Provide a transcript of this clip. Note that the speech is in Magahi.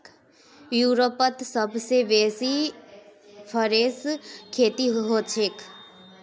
यूरोपत सबसे बेसी फरेर खेती हछेक